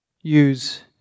use